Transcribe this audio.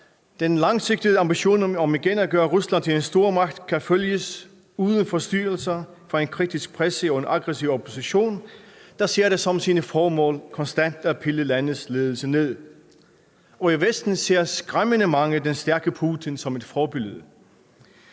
Den langsigtede ambition om igen at gøre Rusland til en stormagt kan følges uden forstyrrelser fra en kritisk presse og en aggressiv opposition, der ser det som sit formål konstant at pille landets ledelse ned. Og i Vesten ser skræmmende mange den stærke Putin som et forbillede.